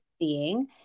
seeing